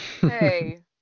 hey